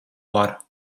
var